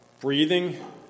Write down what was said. breathing